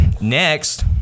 next